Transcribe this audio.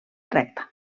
recta